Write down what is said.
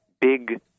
big